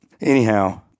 Anyhow